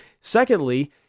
Secondly